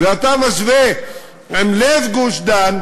ואתה משווה עם לב גוש-דן,